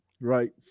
right